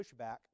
pushback